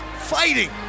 fighting